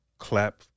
Clap